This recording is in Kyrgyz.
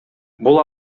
бул